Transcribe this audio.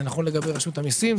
זה נכון לגבי רשות המיסים,